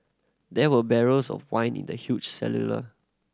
there were barrels of wine in the huge cellular